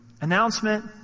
Announcement